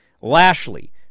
Lashley